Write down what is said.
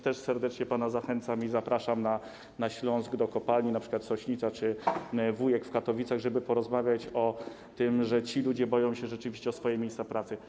Też serdecznie pana zachęcam i zapraszam na Śląsk do kopalni np. Sośnica czy Wujek w Katowicach, żeby porozmawiać o tym, że ci ludzie rzeczywiście boją się o swoje miejsca pracy.